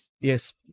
yes